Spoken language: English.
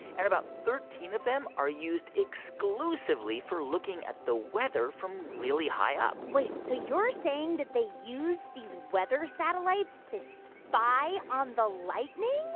and about thirteen of them are used exclusively for looking at the weather from really high up wait. so you're saying that they used these weather satellites to spy on the lightning?